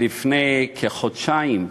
לפני כחודשיים,